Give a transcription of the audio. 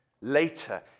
later